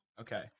Okay